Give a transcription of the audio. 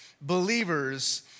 believers